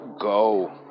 go